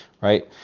Right